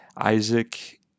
Isaac